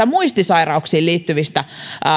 muistisairauksiin liittyvistä